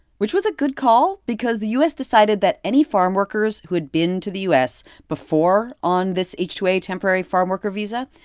which was a good call because the u s. decided that any farmworkers who had been to the u s. before on this h two a temporary farmworker visa,